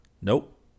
Nope